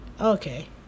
okay